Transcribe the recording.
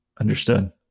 Understood